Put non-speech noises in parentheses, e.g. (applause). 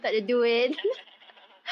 (laughs)